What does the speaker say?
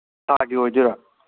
ꯊꯥꯒꯤ ꯑꯣꯏꯗꯣꯏꯔꯥ